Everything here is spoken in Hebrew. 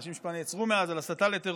אנשים שכבר נעצרו מאז על הסתה לטרור.